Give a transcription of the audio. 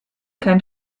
kein